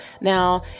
Now